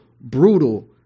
brutal